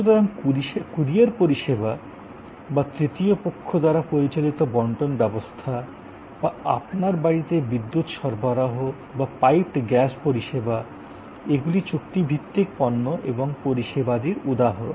সুতরাং কুরিয়ার পরিষেবা বা তৃতীয় পক্ষ দ্বারা পরিচালিত বন্টন ব্যবস্থা বা আপনার বাড়িতে বিদ্যুত সরবরাহ বা পাইপড গ্যাস পরিষেবা এগুলি চুক্তিভিত্তিক পণ্য এবং পরিষেবাদির উদাহরণ